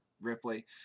Ripley